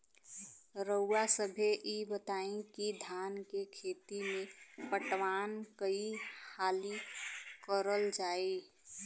रउवा सभे इ बताईं की धान के खेती में पटवान कई हाली करल जाई?